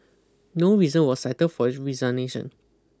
no reason was cited for his resignation